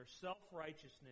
self-righteousness